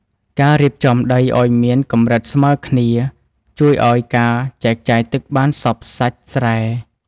ការរៀបចំដីឱ្យមានកម្រិតស្មើគ្នា ជួយឱ្យការចែកចាយទឹកបានសព្វសាច់ស្រែ។